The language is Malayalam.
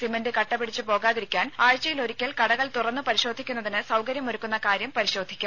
സിമന്റ് കട്ടപിടിച്ചുപോകാതിരിക്കാൻ ആഴ്ചയിൽ ഒരിക്കൽ കടകൾ തുറന്ന് പരിശോധിക്കുന്നതിന് സൌകര്യമൊരുക്കുന്ന കാര്യം പരിശോധിക്കും